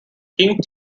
king